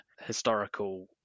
historical